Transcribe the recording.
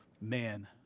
Man